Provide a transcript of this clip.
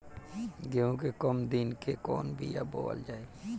गेहूं के कम दिन के कवन बीआ बोअल जाई?